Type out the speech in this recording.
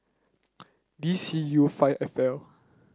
D C U five F L